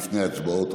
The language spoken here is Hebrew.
לפני הצבעות?